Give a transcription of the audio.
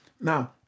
Now